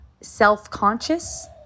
self-conscious